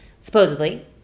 supposedly